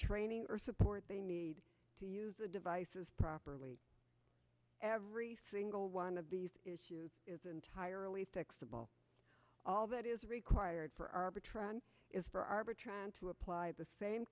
training earth support they need to use a devices properly every single one of these issues is entirely fixable all that is required for arbitron is for arbitron to apply the same